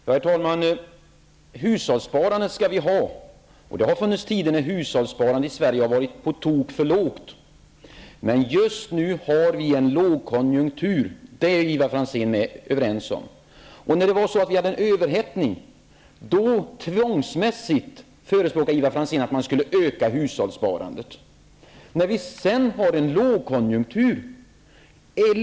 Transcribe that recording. Herr talman! Hushållssparande skall vi ha. Och det har funnits tider då hushållssparandet i Sverige har varit på tok för lågt. Men just nu befinner vi oss i en lågkonjunktur. Det är Ivar Franzén och jag överens om. När vi hade en överhettning förespråkade Ivar Franzén att man tvångsmässigt skulle öka hushållssparandet. Nu befinner vi oss i en lågkonjunktur.